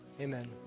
Amen